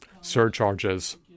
surcharges